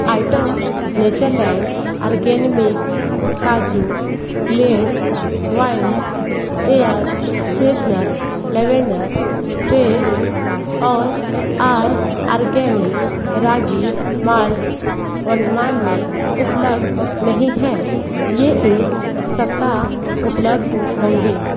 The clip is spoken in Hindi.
आइटम नेचरलैंड ऑर्गेनिमिक्स काजू Glade wild air freshener lavender spray और आर आर्गेनिक रागी माल्ट वर्तमान में उपलब्ध नहीं हैं ये इस सप्ताह उपलब्ध होंगे